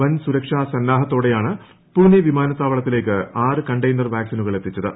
വൻസുരക്ഷാ സന്നാഹത്തോടെയാണ് പൂനെ വിമുപ്പുത്താവളത്തിലേക്ക് ആറ് കണ്ടെയ്നർ വാക്സിനുകൾ എത്തിച്ചത്